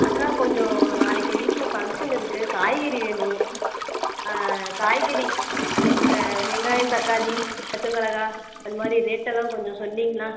அக்கா கொஞ்சம் நாளைக்கு வீட்டில் ஃபங்க்ஷன் இருக்குது காய்கறி வேணும் காய்கறி வெங்காயம் தக்காளி பச்சை மிளகாய் அது மாதிரி ரேட்டெல்லாம் கொஞ்சம் சொன்னீங்கன்னால்